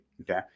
Okay